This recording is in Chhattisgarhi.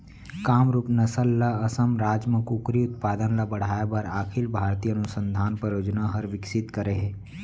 कामरूप नसल ल असम राज म कुकरी उत्पादन ल बढ़ाए बर अखिल भारतीय अनुसंधान परियोजना हर विकसित करे हे